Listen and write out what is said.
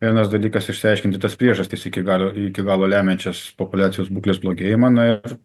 vienas dalykas išsiaiškinti tas priežastis iki galo iki galo lemiančias populiacijos būklės blogėjimą na ir